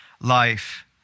life